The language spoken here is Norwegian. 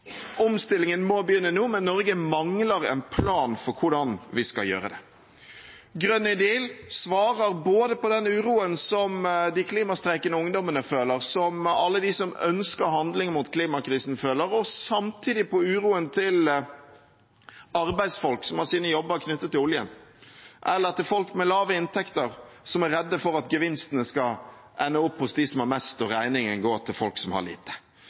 Omstillingen må begynne nå, men Norge mangler en plan for hvordan vi skal gjøre det. Grønn ny deal svarer både på den uroen som de klimastreikende ungdommene føler, som alle de som ønsker handling mot klimakrisen føler, og samtidig på uroen til arbeidsfolk som har sine jobber knyttet til oljen – og på uroen til folk med lave inntekter, som er redde for at gevinstene skal ende opp hos dem som har mest, og regningen gå til folk som har lite.